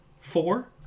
Four